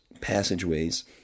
passageways